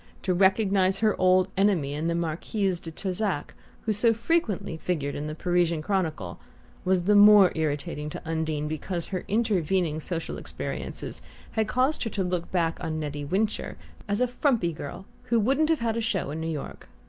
to recognize her old enemy in the marquise de trezac who so frequently figured in the parisian chronicle was the more irritating to undine because her intervening social experiences had caused her to look back on nettie wincher as a frumpy girl who wouldn't have had a show in new york.